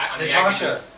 Natasha